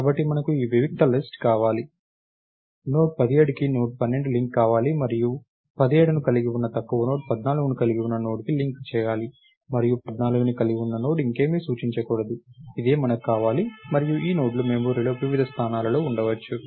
కాబట్టి మనకు ఈ వియుక్త లిస్ట్ కావాలి నోడ్ 17కి నోడ్ 12 లింక్ కావాలి మరియు 17ని కలిగి ఉన్న తక్కువ నోడ్ 14ని కలిగి ఉన్న నోడ్కి లింక్ చేయాలి మరియు 14 కలిగి ఉన్న నోడ్ ఇంకేమీ సూచించకూడదు ఇదే మనకు కావాలి మరియు ఈ నోడ్లు మెమరీలో వివిధ స్థానాలలో ఉండవచ్చు